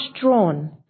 drawn